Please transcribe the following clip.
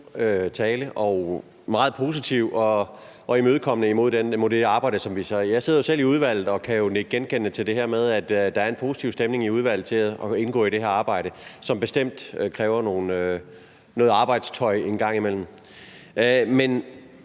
meget positivt og imødekommende imod den. Jeg sidder jo selv i udvalget og kan nikke genkendende til det her med, at der er en positiv stemning i udvalget i forhold til at indgå i det her arbejde, som bestemt kræver, at man trækker i arbejdstøjet en gang imellem. Men